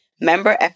member